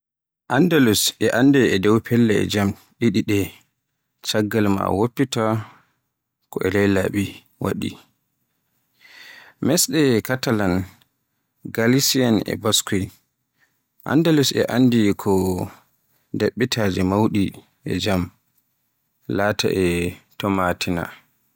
Andalus e annde dow pellel e jam ɗiɗi ɗe. Caggal maa woppita ko e laawol baɗteeri, darndiral toɓɓere, Moors e moɓɓe ndiyam Krista. Ɗemngal Caasila woni ɗemngal Andalus amma e baɗi ɗemngal leylaaɓe waɗi, mesɗe Catalan, Galician e Basque. Andalus e andi ko ɗaɓɓitaaji mawni e jam, laataa La Tomatina.